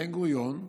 בן-גוריון,